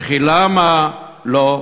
וכי למה לא,